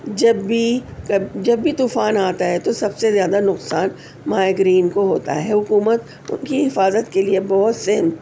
جب بھی جب بھی طوفان آتا ہے تو سب سے زیادہ نقصان ماہی گرین کو ہوتا ہے حکومت ان کی حفاظت کے لیے بہت سے